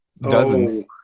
Dozens